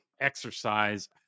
exercise